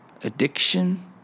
Addiction